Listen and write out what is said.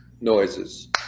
noises